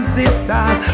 sisters